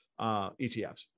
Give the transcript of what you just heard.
ETFs